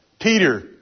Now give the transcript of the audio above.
Peter